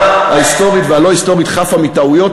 ההיסטורית והלא-היסטורית חפה מטעויות,